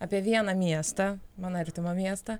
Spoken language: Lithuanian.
apie vieną miestą man artimą miestą